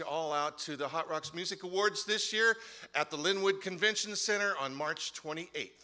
you all out to the hot rocks music awards this year at the lynwood convention center on march twenty eight